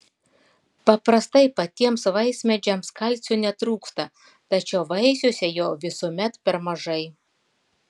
paprastai patiems vaismedžiams kalcio netrūksta tačiau vaisiuose jo visuomet per mažai